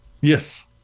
Yes